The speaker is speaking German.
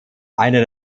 einer